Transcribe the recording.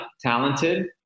talented